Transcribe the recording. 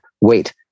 wait